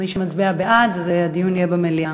מי שמצביע בעד, הדיון יהיה במליאה.